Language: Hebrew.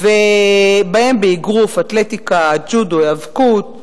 ובהם באגרוף, אתלטיקה, ג'ודו, היאבקות,